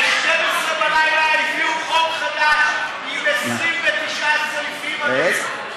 ב-24:00 הביאו חוק חדש עם 29 סעיפים, אדוני.